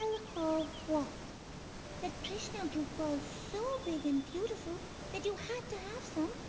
ah her what? that krishna grew pearls so big and beautiful that you had to have some,